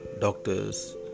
Doctors